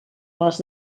les